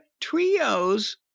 Trios